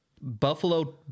buffalo